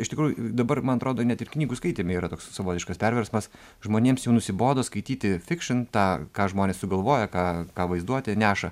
iš tikrųjų dabar man atrodo net ir knygų skaityme yra toks savotiškas perversmas žmonėms jau nusibodo skaityti fikšin tą ką žmonės sugalvoja ką ką vaizduotė neša